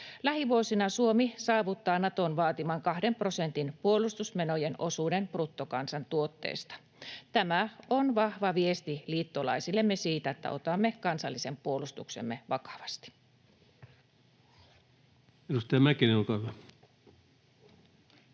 Lähivuosina Suomi saavuttaa Naton vaatiman kahden prosentin puolustusmenojen osuuden bruttokansantuotteesta. Tämä on vahva viesti liittolaisillemme siitä, että otamme kansallisen puolustuksemme vakavasti.